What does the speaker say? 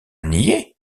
nier